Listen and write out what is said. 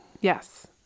Yes